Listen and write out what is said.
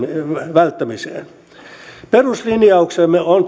välttämiseen peruslinjauksemme on